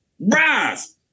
rise